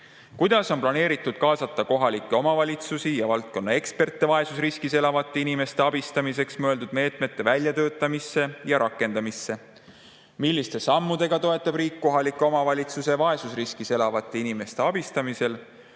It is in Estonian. Kuidas on planeeritud kaasata kohalikke omavalitsusi ja valdkonna eksperte vaesusriskis elavate inimeste abistamiseks mõeldud meetmete väljatöötamisse ja rakendamisse? Milliste sammudega toetab riik kohalikke omavalitsusi vaesusriskis elavate inimeste abistamisel?